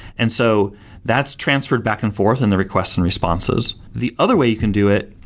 and so that's transferred back and forth and the requests and responses the other way you can do it,